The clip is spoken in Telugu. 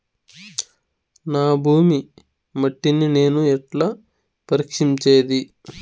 నా భూమి మట్టిని నేను ఎట్లా పరీక్షించేది?